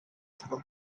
school